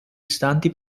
istanti